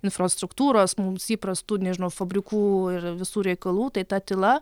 infrastruktūros mums įprastų nežinau fabrikų ir visų reikalų tai ta tyla